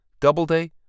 Doubleday